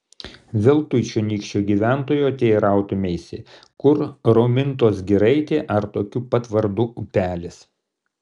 veltui čionykščio gyventojo teirautumeisi kur romintos giraitė ar tokiu pat vardu upelis